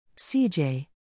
CJ